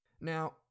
Now